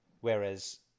Whereas